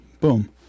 boom